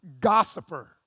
gossiper